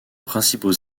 principaux